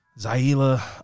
Zayla